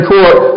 Court